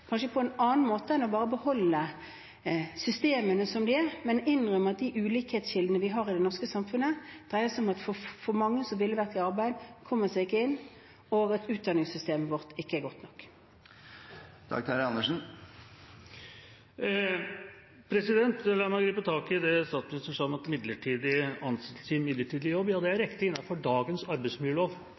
kanskje på en annen måte enn bare ved å beholde systemene som de er, men innrømme at de ulikhetskildene vi har i det norske samfunnet, dreier seg om at mange som ville vært i arbeid, ikke kommer inn, og at utdanningssystemet vårt ikke er godt nok. La meg gripe tak i det statsministeren sa om at midlertidig ansettelse gir midlertidig jobb. Ja, det er riktig innenfor dagens arbeidsmiljølov,